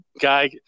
guy